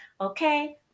okay